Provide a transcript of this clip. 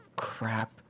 crap